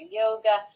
yoga